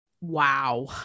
Wow